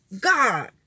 God